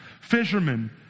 fishermen